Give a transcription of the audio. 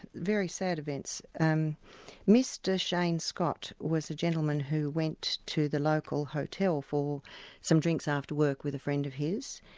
very sad events. and mr shane scott was a gentleman who went to the local hotel for some drinks after work with a friend of his.